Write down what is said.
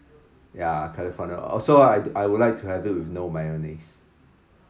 ya california also I I would like to have it with no mayonnaise